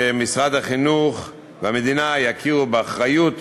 שמשרד החינוך והמדינה יכירו באחריות